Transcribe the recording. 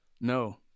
No